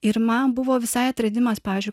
ir man buvo visai atradimas pavyzdžiui